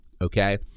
okay